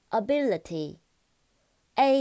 ability，a